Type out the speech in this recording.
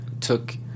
took